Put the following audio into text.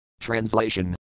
TRANSLATION